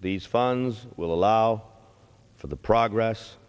these funds will allow for the progress